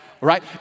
Right